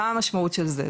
מה המשמעות של זה?